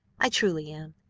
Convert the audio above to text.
i truly am.